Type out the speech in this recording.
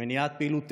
במניעת פעילות טרור,